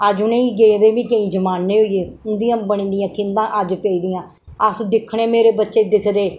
अज्ज उनेंगी गेदे बी केईं जमाने होई गे उंदियां बनी दियां खिंदा अज्ज पेदियां अस दिक्खने मेरे बच्चे दिखदे